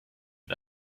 den